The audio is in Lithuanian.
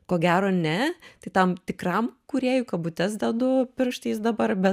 ko gero ne tai tam tikram kūrėjui kabutes dedu pirštais dabar bet